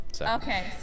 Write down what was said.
Okay